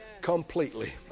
Completely